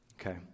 Okay